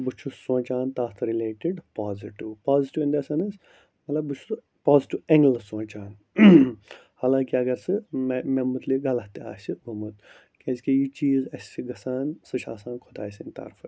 بہٕ چھُس سونٛچان تَتھ related positive positive in the sense مطلب بہٕ چھُس پازٹِو اٮ۪نگلہٕ سونٛچان حالانٛکہِ اَگر ژٕ مےٚ مےٚ متعلِق غلط تہِ آسہِ گوٚمُت کیٛازکہِ یہِ چیٖز اَسہِ سہِ گژھان سُہ چھُ آسان خۄداے سٕنٛدِ طرفہٕ